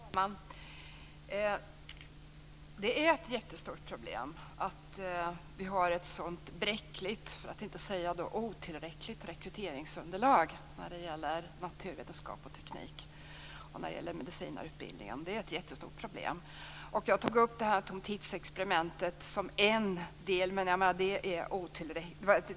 Fru talman! Det är ett jättestort problem att det finns ett så bräckligt, t.o.m. otillräckligt, rekryteringsunderlag inom naturvetenskap och teknik och medicinarutbildningen. Det är ett jättestort problem. Jag tog fram Tom Tits Experiment som ett förslag.